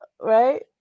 right